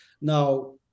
Now